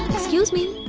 excuse me!